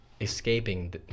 escaping